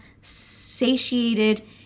satiated